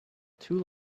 too